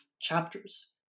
chapters